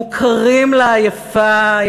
מוכרים לעייפה,